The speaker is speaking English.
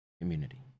community